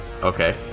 Okay